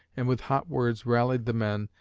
and with hot words rallied the men,